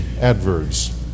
adverbs